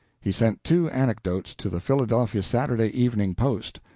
he sent two anecdotes to the philadelphia saturday evening post.